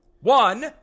One